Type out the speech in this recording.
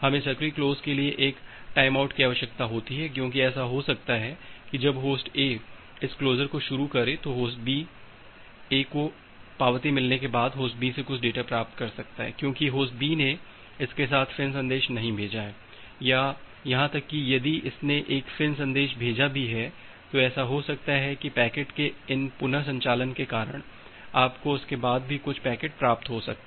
हमें सक्रिय क्लोज के लिए इस टाइमआउट की आवश्यकता होती है क्योंकि ऐसा हो सकता है कि जब होस्ट ए इस क्लोजर को शुरू करे तो होस्ट ए को पावती मिलने के बाद भी होस्ट बी से कुछ डेटा प्राप्त हो सकता है क्योंकि होस्ट बी ने इसके साथ कोई संदेश नहीं भेजा है या यहां तक कि यदि इसने एक संदेश भेजा भी है तो ऐसा हो सकता है कि पैकेट के इन पुन संचालन के कारण आपको उसके बाद भी कुछ पैकेट प्राप्त हो सकते हैं